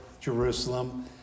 Jerusalem